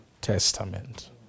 Testament